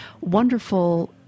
wonderful